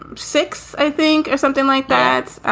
um six, i think, or something like that.